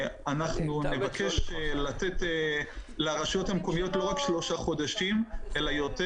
נבקש לתת לרשויות המקומיות לא רק שלושה חודשים אלא יותר.